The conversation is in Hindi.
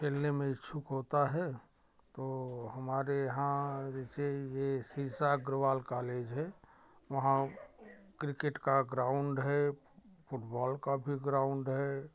खेलने में इच्छुक होता है तो हमारे यहाँ जैसे ये सीसा अग्रवाल काॅलेज है वहाँ किर्केट का गराउंड है फूटबौल का भी गराउंड है